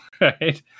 Right